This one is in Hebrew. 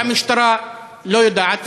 שהמשטרה לא יודעת,